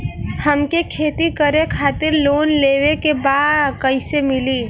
हमके खेती करे खातिर लोन लेवे के बा कइसे मिली?